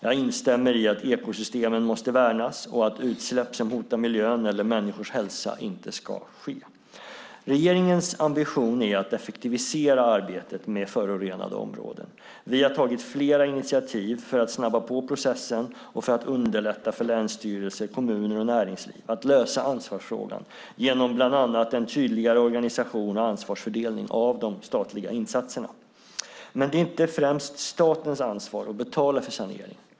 Jag instämmer i att ekosystemen måste värnas och att utsläpp som hotar miljön eller människors hälsa inte ska ske. Regeringens ambition är att effektivisera arbetet med förorenade områden. Vi har tagit flera initiativ för att snabba på processen och för att underlätta för länsstyrelser, kommuner och näringsliv att lösa ansvarsfrågan genom bland annat en tydligare organisation och ansvarsfördelning av de statliga insatserna. Men det är inte främst statens ansvar att betala för sanering.